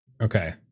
Okay